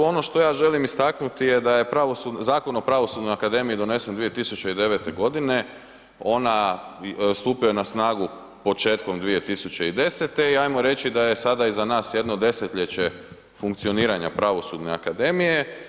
Ono što ja želim istaknuti da je Zakon o pravosudnoj akademiji donesen 2009.g. ona stupio je na snagu početkom 2010. i ajmo reći da je sada iza nas jedno desetljeće funkcioniranja pravosudne akademije.